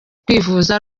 kwivuza